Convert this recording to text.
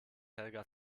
helga